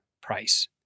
price